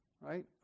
right